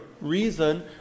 reason